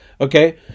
Okay